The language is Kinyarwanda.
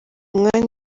umwanya